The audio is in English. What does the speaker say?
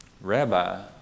Rabbi